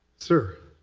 sir?